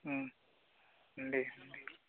उम दे